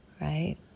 right